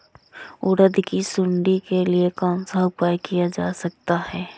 उड़द की सुंडी के लिए कौन सा उपाय किया जा सकता है?